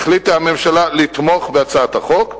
החליטה הממשלה לתמוך בהצעת החוק.